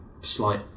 slight